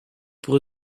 pro